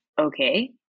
okay